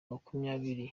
makumyabiri